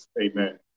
Amen